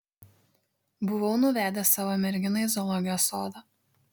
buvau nuvedęs savo merginą į zoologijos sodą